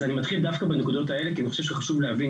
אז אני מתחיל דווקא בנקודות האלה כי אני חושב שדווקא חשוב להבין